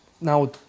Now